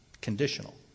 conditional